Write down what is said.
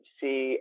see